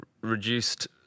reduced